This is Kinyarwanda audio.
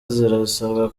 zirasabwa